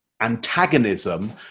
antagonism